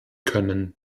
können